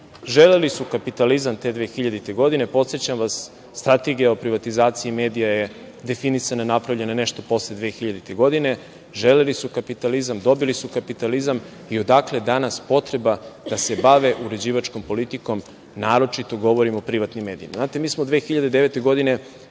loša. Želeli su kapitalizam te 2000. godine. Podsećam vas, Strategija o privatizaciji medija je definisana i napravljena nešto posle 2000. godine. Želeli su kapitalizam, dobili su kapitalizam i odakle danas potreba da se bave uređivačkom politikom? Naročito govorim o privatnim medijima. Mi